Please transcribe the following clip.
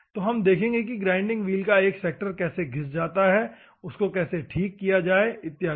तो हम देखेंगे कि ग्राइंडिंग व्हील का एक सेक्टर कैसे घिस जाता है उसको कैसे ठीक किया जाए इत्यादि